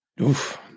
Oof